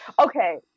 Okay